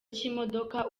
cy’imodoka